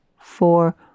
four